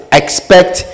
expect